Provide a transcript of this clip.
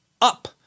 up